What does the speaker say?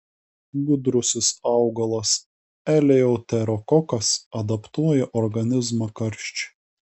gudrusis augalas eleuterokokas adaptuoja organizmą karščiui